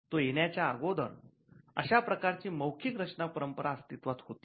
तो येण्याच्या अगोदर अशा प्रकारची मौखिक रचना परंपरा अस्तित्वात होती